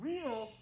Real